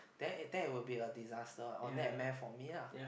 then it then it will be a disaster or nightmare for me lah